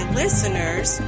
listeners